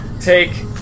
Take